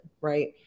right